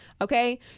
Okay